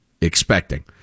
expecting